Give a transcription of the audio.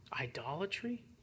idolatry